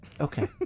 Okay